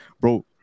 bro